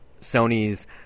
Sony's